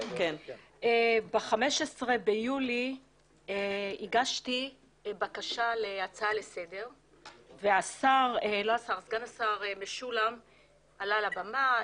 ב-15 ביולי הגשתי בקשה להצעה לסדר וסגן השר משולם עלה לבמה,